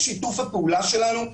אתם רוצים את שיתוף הפעולה שלנו,